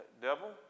devil